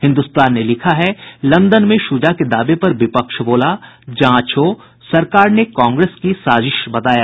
हिन्दुस्तान ने लिखा है लंदन में शुजा के दावे पर विपक्ष बोला जांच हो सरकार ने कांग्रेस की साजिश बताया